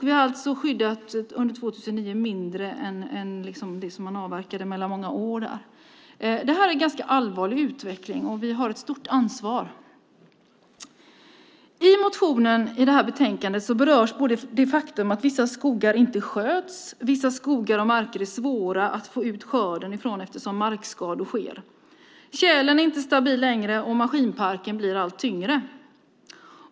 Vi har alltså under 2009 skyddat mindre än det som avverkades under många år. Det här är en allvarlig utveckling, och vi har ett stort ansvar. I motioner som behandlas i detta betänkande berörs det faktum att vissa skogar inte sköts, att det är svårt att få ut skörden från vissa skogar och marker eftersom det finns markskador. Tjälen är inte längre stabil och maskinparken blir allt tyngre.